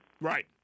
Right